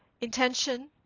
intention